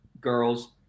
girls